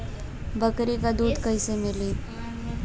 बकरी क दूध कईसे मिली?